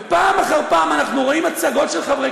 ופעם אחר פעם אנחנו רואים הצגות של חברי